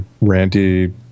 Randy